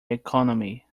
economy